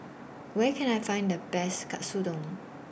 Where Can I Find The Best Katsudon